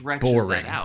boring